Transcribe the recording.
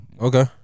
okay